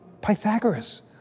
Pythagoras